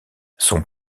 son